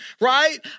right